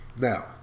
Now